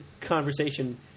conversation